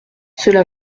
cela